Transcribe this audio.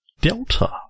Delta